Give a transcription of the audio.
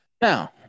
Now